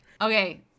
Okay